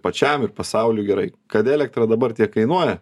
pačiam ir pasauliui gerai kad elektra dabar tiek kainuoja